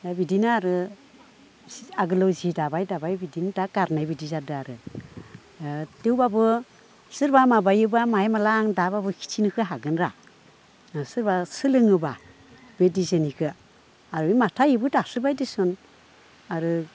दा बिदिनो आरो आगोलाव जि दाबाय दाबाय बिदिनो दा गारनाय बायदि जादो आरो थेवब्लाबो सोरबा माबायोब्ला माहाय माला आं दाबाबो खिथिनोखो हागोन र' दा सोरबा सोलोङोब्ला बे डिजाइननिखो आरो माथा इबो दासोबाय देसन आरो